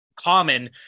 common